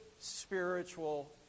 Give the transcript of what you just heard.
spiritual